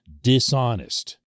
dishonest